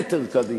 מטר קדימה,